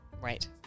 Right